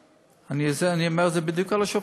אני אומר את זה בדיוק על השופטים.